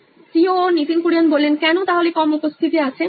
Nitin Kurian C O O নোইন electronics কেন তাহলে কম উপস্থিতি আছে